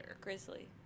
Grizzly